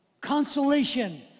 consolation